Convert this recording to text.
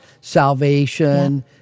salvation